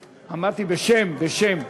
אמרתי: בשם, בשם.